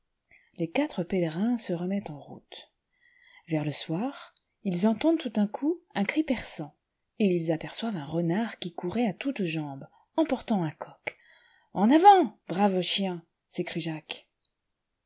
les quatre pèlerins se remettent en route vers le soir ils entendent tout à coup un cri perçant et ils aperçoivent un renard qui courait à toutes jambes emportant un coq en avant brave chien i s'écrie jacques